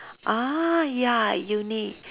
ah ya uni